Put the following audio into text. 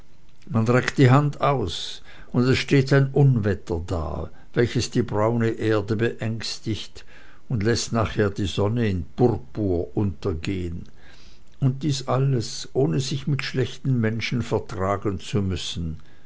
man reckt die hand aus und es steht ein unwetter da welches die braune erde beängstigt und läßt nachher die sonne in purpur untergehen und dies alles ohne sich mit schlechten menschen vertragen zu müssen